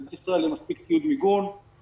יהיה במדינת ישראל מספיק ציוד מיגון כדי